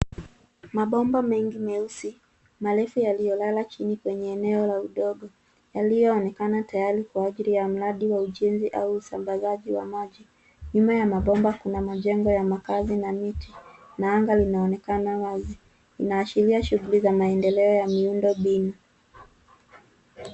Mabomba mengi meusi marefu yaliyo lala chini eneo la udongo ilionekana tayari kwa ajili ya mradi wa ujenzi hau usambazaji wa maji. nyuma ya mabomba kuna majengo ya makazi na miti na anga inaonekana wazi inaashiria shughuli ya maendeleo ya miundo mbinu.